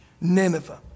Nineveh